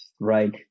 right